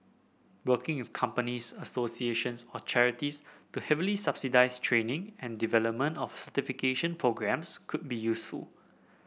working with companies associations or charities to heavily subsidise training and development of certification programmes could be useful